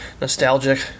nostalgic